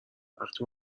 وقتی